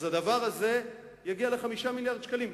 אז הדבר הזה יגיע ל-5 מיליארדי שקלים.